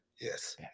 yes